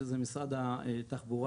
שזה משרד התחבורה,